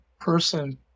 person